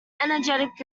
energetic